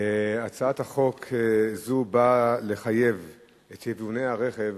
הצעת חוק זו באה לחייב את יבואני הרכב